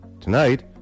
Tonight